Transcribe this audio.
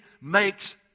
Makes